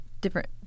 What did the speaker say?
different